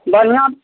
बढ़िआँ